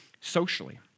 socially